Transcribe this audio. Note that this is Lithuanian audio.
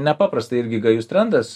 nepaprastai irgi gajus trendas